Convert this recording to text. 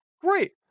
great